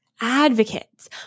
advocates